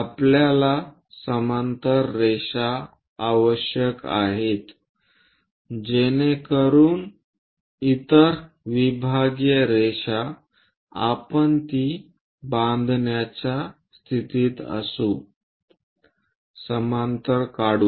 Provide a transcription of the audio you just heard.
आपल्याला समांतर रेषा आवश्यक आहेत जेणेकरून इतर विभागीय रेषा आपण ती बांधण्याच्या स्थितीत असू समांतर काढू